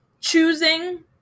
choosing